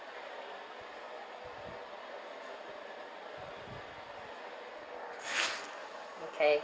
okay